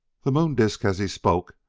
the moon-disk, as he spoke,